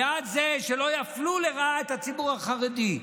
בעד זה שלא יפלו לרעה את הציבור החרדי.